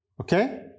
okay